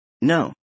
No